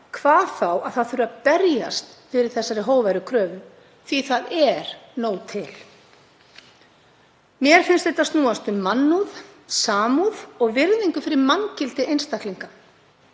hvað þá að það þurfi að berjast fyrir þessari hógværu kröfu. Því að það er nóg til. Mér finnst þetta snúast um mannúð, samúð og virðingu fyrir manngildi einstaklinga.